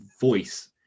voice